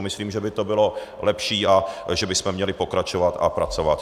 Myslím, že by to bylo lepší a že bychom měli pokračovat a pracovat.